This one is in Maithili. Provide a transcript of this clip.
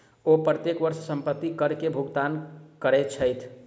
ओ प्रत्येक वर्ष संपत्ति कर के भुगतान करै छथि